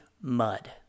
mud